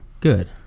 Good